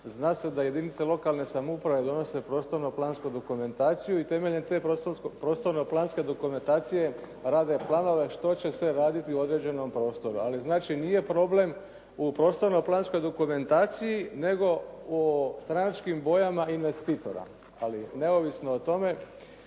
zna se da jedinice lokalne samouprave donose prostorno-plansku dokumentaciju i temeljem te prostorno planske dokumentacije rade planove što će se raditi u određenom prostoru. Ali znači nije problem u prostorno-planskoj dokumentaciji nego o stranačkim bojama investitora. Ali neovisno o tome